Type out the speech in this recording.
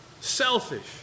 selfish